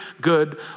good